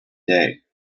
day